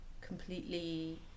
completely